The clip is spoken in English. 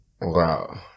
wow